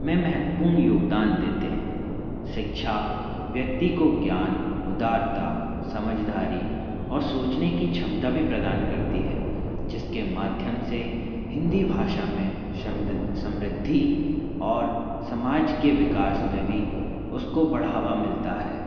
में महत्वपूर्ण योगदान देते हैं शिक्षा व्यक्ति को ज्ञान उदारता समझदारी और सोचने की क्षमता भी प्रदान करती है जिसके माध्यम से हिंदी भाषा में समरि समृद्धि और समाज के विकास में भी उसको बढ़ावा मिलता है